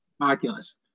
Oculus